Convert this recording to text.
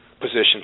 position